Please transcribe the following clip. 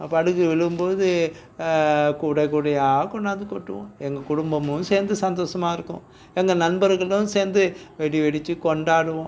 படுகு விழும் போது கூடை கூடையா கொண்டாந்து கொட்டுவோம் எங்கள் குடும்பமும் சேர்ந்து சந்தோஷமாக இருக்கும் எங்கள் நண்பர்களும் சேர்ந்து வெடி வெடிச்சு கொண்டாடுவோம்